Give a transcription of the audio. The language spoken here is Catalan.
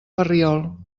ferriol